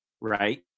right